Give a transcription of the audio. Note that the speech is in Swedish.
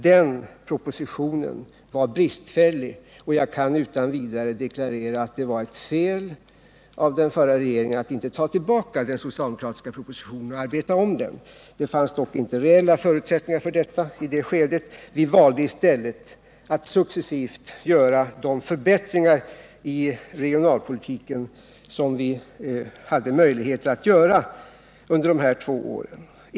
Den propositionen var bristfällig, och jag kan utan vidare deklarera att det var ett fel av den förra regeringen att inte ta tillbaka den socialdemokratiska propositionen och arbeta om den. Det fanns dock i det skedet inte reella förutsättningar för detta. Vi valde i stället att successivt göra de förbättringar i regionalpolitiken som vi hade möjlighet att göra under dessa två år.